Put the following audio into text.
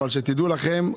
רק רגע,